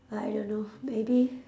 I don't know maybe